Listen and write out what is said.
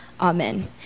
amen